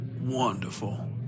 Wonderful